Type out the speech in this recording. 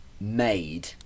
made